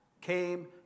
came